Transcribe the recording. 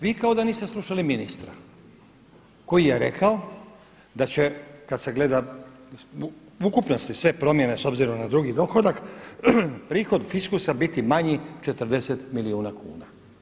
Vi kao da niste slušali ministra koji je rekao, da će kad se gleda ukupnosti sve promjene s obzirom na drugi dohodak prihod fiskusa biti manji 40 milijuna kuna.